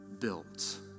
built